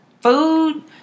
food